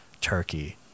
Turkey